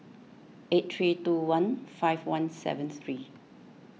eight three two one five one seven three